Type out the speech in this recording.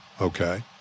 okay